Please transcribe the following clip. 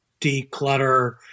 declutter